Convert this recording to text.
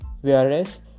Whereas